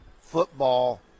football